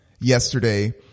Yesterday